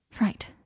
Right